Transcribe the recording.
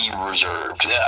reserved